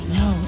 no